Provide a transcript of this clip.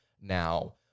now